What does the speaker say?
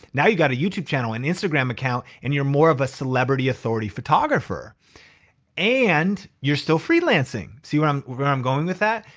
now you got a youtube channel, an instagram account and you're more of a celebrity authority photographer and you're still freelancing. see where i'm where i'm going with that?